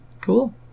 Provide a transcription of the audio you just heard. cool